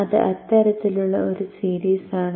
അത് അത്തരത്തിലുള്ള ഒരു സീരീസ് ആണ്